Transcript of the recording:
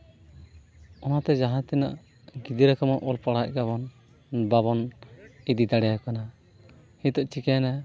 ᱚᱱᱟᱛᱮ ᱡᱟᱦᱟᱸᱛᱤᱱᱟᱹᱜ ᱜᱤᱫᱽᱨᱟᱹ ᱠᱚᱵᱚᱱ ᱚᱞ ᱯᱟᱲᱦᱟᱣᱮᱫ ᱠᱚᱣᱟ ᱵᱚᱱ ᱵᱟᱵᱚᱱ ᱤᱫᱤ ᱫᱟᱲᱮᱭᱟᱠᱚ ᱠᱟᱱᱟ ᱱᱤᱛᱳᱜ ᱪᱤᱠᱟᱹᱭᱮᱱᱟ